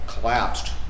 collapsed